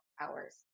hours